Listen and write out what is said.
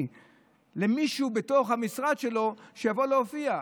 למישהו בתוך המשרד שלו שיבוא להופיע.